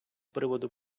приводу